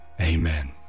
amen